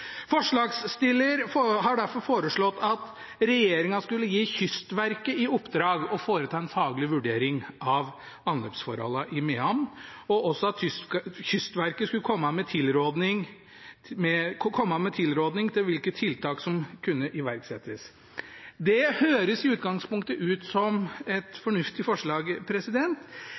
fastlåst. Forslagsstilleren har derfor foreslått at regjeringen skulle gi Kystverket i oppdrag å foreta en faglig vurdering av anløpsforholdene i Mehamn, og også at Kystverket skulle komme med tilrådning om hvilke tiltak som kunne iverksettes. Det høres i utgangspunktet ut som et fornuftig forslag,